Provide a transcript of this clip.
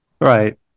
right